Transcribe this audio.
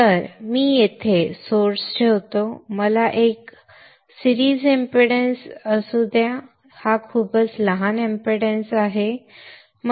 तर मी येथे सोर्स ठेवतो मला एक सिरीज एमपीडन्स असू द्या हा खूपच लहान एमपीडन्स असेल